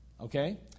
Okay